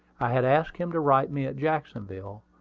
i had asked him to write me at jacksonville,